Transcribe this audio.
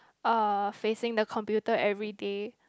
uh facing the computer everyday